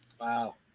Wow